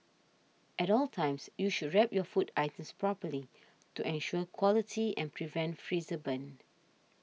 at all times you should wrap your food items properly to ensure quality and prevent freezer burn